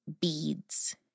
beads